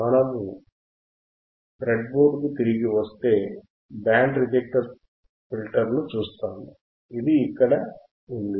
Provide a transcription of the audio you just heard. కాబట్టి మనము బ్రెడ్బోర్డుకు తిరిగి వస్తే బ్యాండ్ రిజెక్ట్ ఫిల్టర్ను చూస్తాము ఇది ఇక్కడే ఉంది